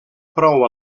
prou